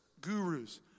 gurus